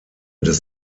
des